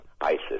ISIS